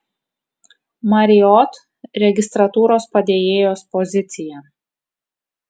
marriott registratūros padėjėjos pozicija